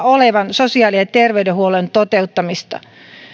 olevan sosiaali ja terveydenhuollon toteuttamisesta